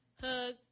hug